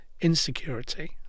Insecurity